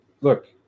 look